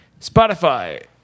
Spotify